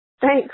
Thanks